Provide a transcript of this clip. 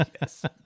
Yes